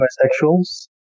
homosexuals